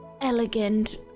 elegant